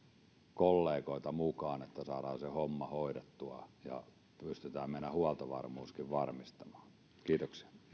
kollegoita mukaan että saadaan se homma hoidettua ja pystytään meidän huoltovarmuuskin varmistamaan kiitoksia